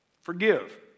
forgive